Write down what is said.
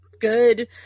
good